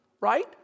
right